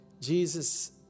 Jesus